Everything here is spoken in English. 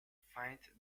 find